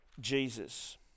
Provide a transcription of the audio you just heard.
Jesus